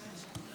מדינת ישראל